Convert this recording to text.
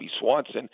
Swanson